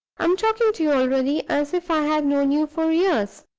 am talking to you already as if i had known you for years!